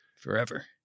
forever